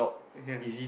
yes